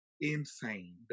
Insane